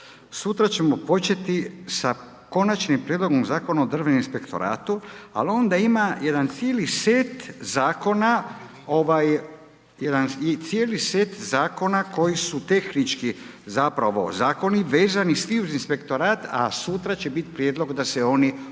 Sutra ćemo početi sa konačnim prijedlogom Zakona o državnom inspektoratu, ali onda ima jedan cijeli set zakona koji su tehnički, zapravo, zakoni vezani svi uz inspektorat, a sutra će biti prijedlog da se oni objedine.